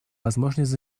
возможность